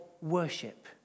worship